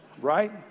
right